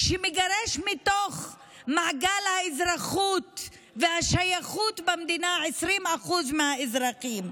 שמגרש מתוך מעגל האזרחות והשייכות במדינה 20% מהאזרחים?